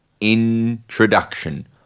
introduction